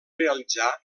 realitzar